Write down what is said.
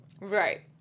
Right